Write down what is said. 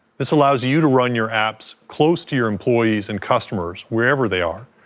this allows you to run your apps close to your employees and customers wherever they are,